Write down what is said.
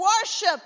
worship